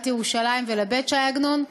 לעיריית ירושלים ולבית ש"י עגנון.